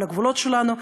על הגבולות שלנו,